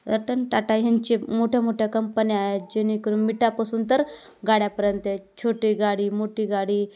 रटन टाटा ह्यांचे मोठ्या मोठ्या कंपन्या आहेत जेणेकरून मिठापासून तर गाड्यापर्यंत आहेत छोटी गाडी मोठी गाडी